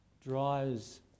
drives